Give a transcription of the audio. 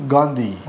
Gandhi